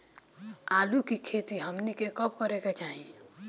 आलू की खेती हमनी के कब करें के चाही?